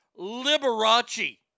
Liberace